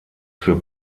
für